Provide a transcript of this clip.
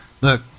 look